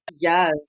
Yes